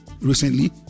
recently